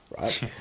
right